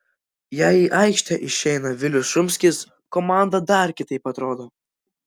jei į aikštę išeina vilius šumskis komanda dar kitaip atrodo